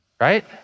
right